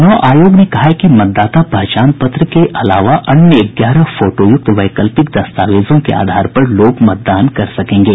चूनाव आयोग ने कहा है कि मतदाता पहचान पत्र के अलावा अन्य ग्यारह फोटोयुक्त वैकल्पिक दस्तावेजों के आधार पर लोग मतदान कर सकेंगे